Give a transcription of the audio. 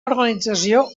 organització